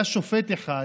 היה שופט אחד